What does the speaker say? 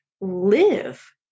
live